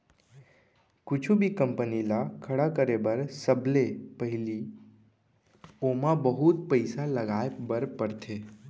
कुछु भी कंपनी ल खड़ा करे बर सबले पहिली ओमा बहुत पइसा लगाए बर परथे